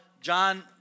John